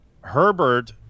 Herbert